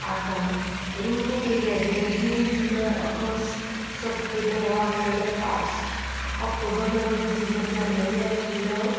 आतां ऋतू पयलीं आशिल्ले जून जुलाय ऑगस्ट सप्टेंबर हो आसलेलो पावस ऑक्टोबर नोव्हेंबर डिसेंबर जानेवरी आशिल्लो